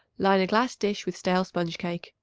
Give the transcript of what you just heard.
line a glass dish with stale sponge-cake.